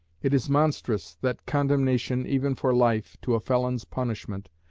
it is monstrous that condemnation, even for life, to a felon's punishment,